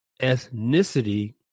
ethnicity